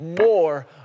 more